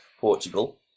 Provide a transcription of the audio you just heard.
Portugal